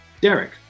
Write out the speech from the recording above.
Derek